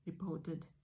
reported